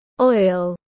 oil